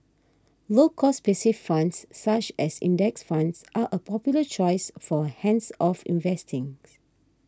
low cost passive funds such as index funds are a popular choice for hands off investing